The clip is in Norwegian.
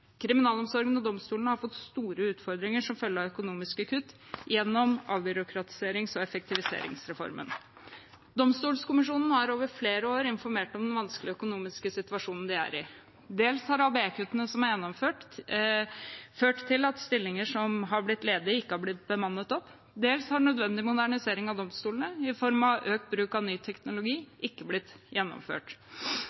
Kriminalomsorgen og domstolene har fått store utfordringer som følge av økonomiske kutt gjennom avbyråkratiserings- og effektiviseringsreformen. Domstoladministrasjonen har over flere år informert om den vanskelige økonomiske situasjonen de er i. Dels har ABE-kuttene som er gjennomført, ført til at stillinger som har blitt ledige, ikke har blitt bemannet opp, og dels har nødvendig modernisering av domstolene i form av økt bruk av ny teknologi,